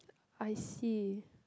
I see